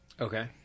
Okay